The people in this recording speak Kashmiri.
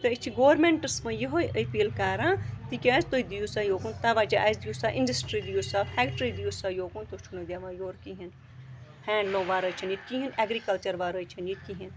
تہٕ أسۍ چھِ گورمٮ۪نٛٹَس وۄنۍ یِہوٚے أپیٖل کَران تِکیٛازِ تُہۍ دِیِو سا یوکُن تَوَجہ اَسہِ دِیِو سا اِنٛڈَسٹرٛی دِیِو سا فٮ۪کٹرٛی دِیِو سا یوکُن تُہۍ چھُو نہٕ دِوان یور کِہیٖنۍ ہینٛڈلوٗم وَرٲے چھِنہٕ ییٚتہِ کِہیٖنۍ اٮ۪گرِکَلچَر وَرٲے چھِنہٕ ییٚتہِ کِہیٖنۍ